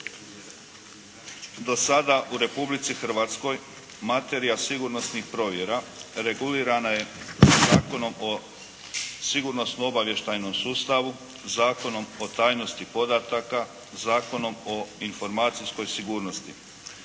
Do sada u Republici Hrvatskoj materija sigurnosnih provjera regulirana je Zakonom o sigurnosno-obavještajnom sustavu, Zakonom o tajnosti podataka, Zakonom o informacijskoj sigurnosti.